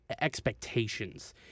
expectations